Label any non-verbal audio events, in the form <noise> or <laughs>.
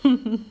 <laughs>